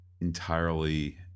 entirely